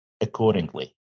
accordingly